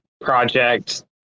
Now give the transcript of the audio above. project